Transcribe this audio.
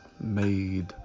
made